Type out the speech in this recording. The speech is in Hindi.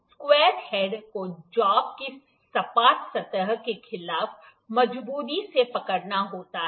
स्क्वायर हेड को जाॅब की सपाट सतह के खिलाफ मजबूती से पकड़ना होता है